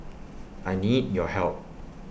I need your help